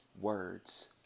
words